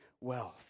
wealth